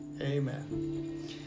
Amen